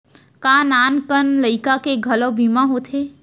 का नान कन लइका के घलो बीमा होथे?